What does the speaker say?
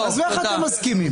איך אתם מסכימים?